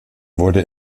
wurde